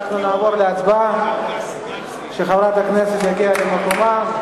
אנחנו נעבור להצבעה כשחברת הכנסת תגיע למקומה.